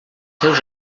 seus